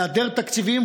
בהיעדר תקציבים,